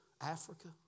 Africa